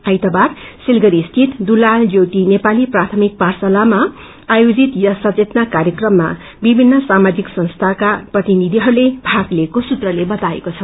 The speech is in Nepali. आइतबार सिलगढ़ी स्थित दुलाल ज्योति नेपाली प्राथमिक पाठशालामा आयोजित यस सचेतना कार्यक्रममा विभिन्न सामाजिक संस्थाका प्रतिनिधिहरूले भाग लिएको सूत्रले बताएको छ